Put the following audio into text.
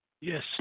Yes